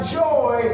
joy